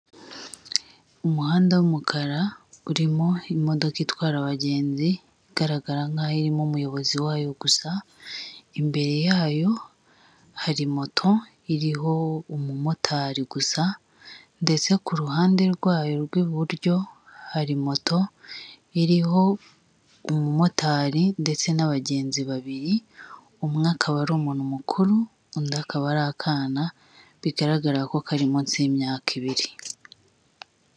Umuhanda w'umukara urimo imodoka itwara abagenzi, igaragara nk'aho irimo umuyobozi wayo gusa, imbere yayo hari moto iriho umumotari gusa ndetse ku ruhande rwayo rw'iburyo hari moto iriho umumotari ndetse n'abagenzi babiri, umwe akaba ari umuntu mukuru, undi akaba ari akana, bigaragara ko kari munsi y'imyaka ibiri.